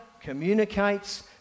communicates